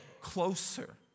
Closer